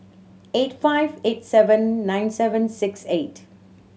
eight five eight seven nine seven six eight